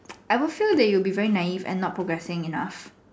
I would feel that you will be very naive and not progressing enough